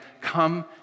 come